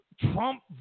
Trump